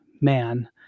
man